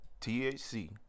THC